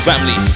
Family